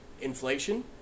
Inflation